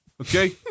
okay